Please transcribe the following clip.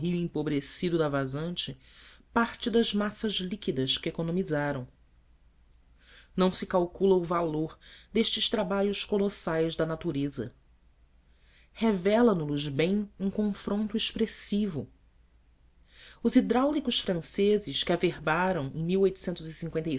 empobrecido da vazante parte das massas líqüidas que economizaram não se calcula o valor destes trabalhos colossais da natureza revela no los bem um confronto expressivo os hidráulicos franceses que averbaram em